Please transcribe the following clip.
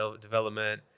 development